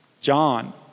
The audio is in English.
John